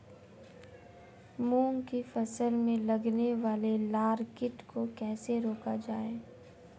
मूंग की फसल में लगने वाले लार कीट को कैसे रोका जाए?